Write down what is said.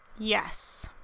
Yes